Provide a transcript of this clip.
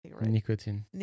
Nicotine